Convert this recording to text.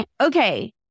Okay